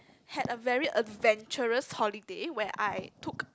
had a very adventurous holiday where I took